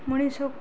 ମଣିଷ